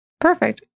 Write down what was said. Perfect